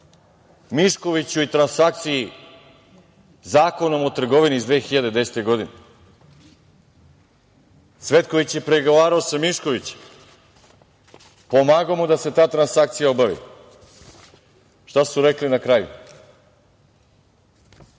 Miškoviću i transakciji Zakonom o trgovini iz 2010. godine. Cvetković je pregovarao sa Miškovićem, pomagao mu da se ta transakcija obavi. Šta su rekli na kraju?